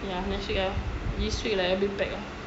ya next week I this week like a bit packed ah